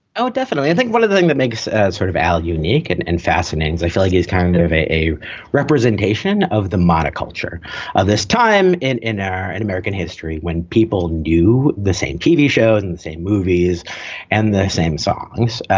oh, definitely. i think one of the thing that makes sort of al unique and and fascinating. i feel like he's kind of a representation of the monoculture of this time in in our and american history when people do the same tv shows and the same movies and the same songs.